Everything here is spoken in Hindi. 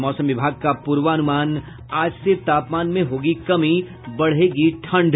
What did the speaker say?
और मौसम विभाग का पूर्वानुमान आज से तापमान में होगी कमी बढ़ेगी ठंड